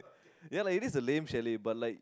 ya like it is a lame chalet but like